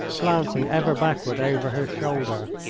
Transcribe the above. glancing ever backward over her shoulder.